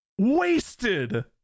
wasted